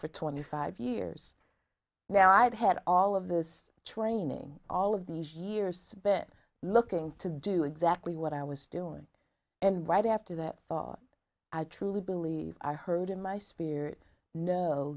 for twenty five years now i've had all of this training all of these years been looking to do exactly what i was doing and right after that i truly believe i heard in my spirit no